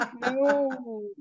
No